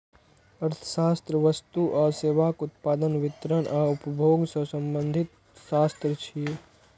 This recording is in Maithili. अर्थशास्त्र वस्तु आ सेवाक उत्पादन, वितरण आ उपभोग सं संबंधित शास्त्र छियै